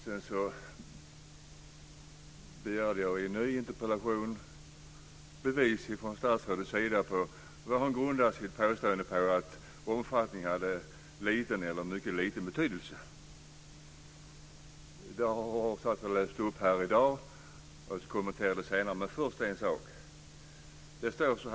Sedan begärde jag i en ny interpellation bevis från statsrådets sida om vad hon grundar sitt påstående på att omfattningen hade liten eller mycket liten betydelse. Jag ska senare kommentera det svar statsrådet läste upp här i dag. Men först vill jag säga en annan sak.